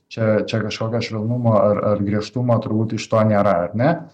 čia čia kažkokio švelnumo ar ar griežtumo turbūt iš to nėra ar ne